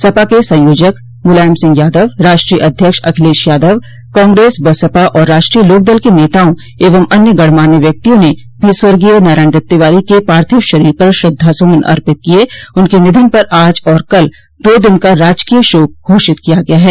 सपा के संयोजक मुलायम सिंह यादव राष्ट्रीय अध्यक्ष अखिलेश यादव कांग्रेस बसपा और राष्ट्रीय लोकदल के नेताओं एवं अन्य गणमान्य व्यक्तियों ने भी स्वर्गीय नारायण दत्त के पार्थिव शरीर पर श्रद्वासुमन अर्पित किये उनके निधन पर आज और कल दो दिन का राजकीय शोक घोषित किया गया है